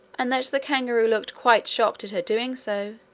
and that the kangaroo looked quite shocked at her doing so,